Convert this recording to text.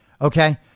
Okay